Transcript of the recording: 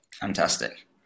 fantastic